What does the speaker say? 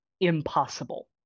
impossible